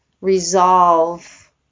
resolve